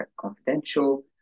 confidential